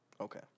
Okay